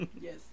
yes